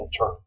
term